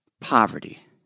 poverty